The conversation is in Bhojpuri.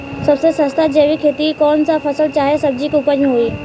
सबसे सस्ता जैविक खेती कौन सा फसल चाहे सब्जी के उपज मे होई?